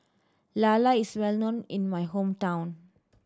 lala is well known in my hometown